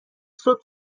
صبح